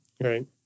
Right